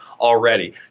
already